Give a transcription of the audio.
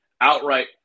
outright